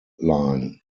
line